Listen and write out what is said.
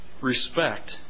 Respect